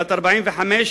בת 45,